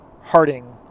Harding